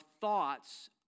thoughts